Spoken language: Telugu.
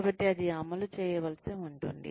కాబట్టి అది అమలు చేయవలసి ఉంటుంది